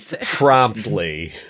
promptly